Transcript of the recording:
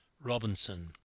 Robinson